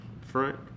front